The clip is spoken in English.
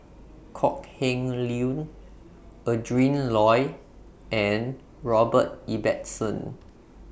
Kok Heng Leun Adrin Loi and Robert Ibbetson